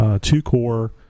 two-core